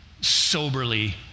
soberly